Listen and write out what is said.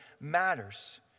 matters